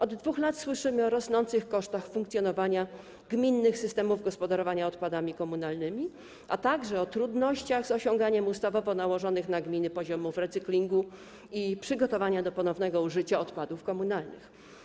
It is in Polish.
Od 2 lat słyszymy o rosnących kosztach funkcjonowania gminnych systemów gospodarowania odpadami komunalnymi, a także o trudnościach z osiąganiem ustawowo nałożonych na gminy poziomów recyklingu i przygotowania do ponownego użycia odpadów komunalnych.